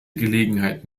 gelegenheit